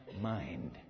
mind